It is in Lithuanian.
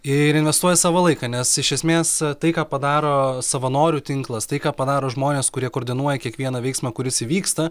ir investuoja savo laiką nes iš esmės tai ką padaro savanorių tinklas tai ką padaro žmonės kurie koordinuoja kiekvieną veiksmą kuris įvyksta